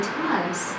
times